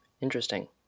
Interesting